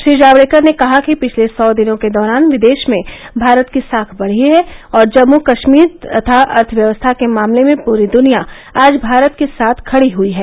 श्री जावड़ेकर ने कहा कि पिछले सौ दिनों के दौरान विदेष में भारत की साख बढ़ी है और जम्मू कष्मीर तथा अर्थव्यवस्था के मामले में पूरी दुनिया आज भारत के साथ खड़ी हयी है